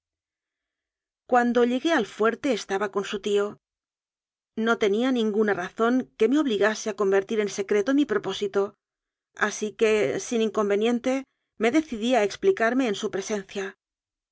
cuando llegué al fuerte estaba con su tío no tenía ninguna razón que me obligase a convertir en secreto mi propósito así que sin inconvenien te me decidí a explicarme en su presencia